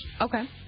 Okay